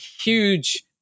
huge